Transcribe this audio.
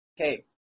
Okay